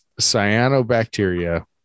cyanobacteria